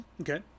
Okay